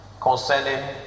concerning